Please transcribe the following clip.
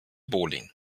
bowling